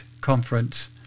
conference